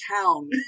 town